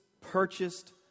purchased